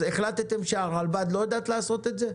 החלטתם שהרלב"ד לא יודעת לעשות את זה?